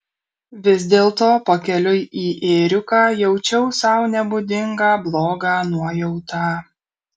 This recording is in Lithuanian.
vis dėlto pakeliui į ėriuką jaučiau sau nebūdingą blogą nuojautą